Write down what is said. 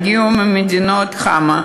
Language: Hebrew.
הגיעו ממדינות חמ"ע.